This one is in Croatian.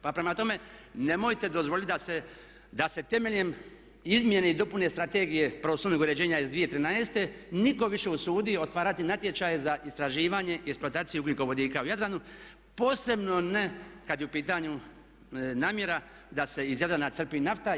Pa prema tome, nemojte dozvoliti da se temeljem izmjene i dopune Strategije prostornog uređenja iz 2013. nitko više usudi otvarati natječaje za istraživanje i eksploataciju ugljikovodika u Jadranu posebno ne kada je u pitanju namjera da se iz Jadrana crpi nafta.